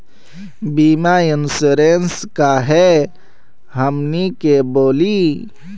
बीमा इंश्योरेंस का है हमनी के बोली?